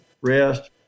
rest